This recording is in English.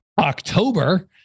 October